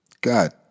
God